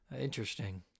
Interesting